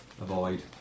Avoid